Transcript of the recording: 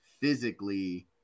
physically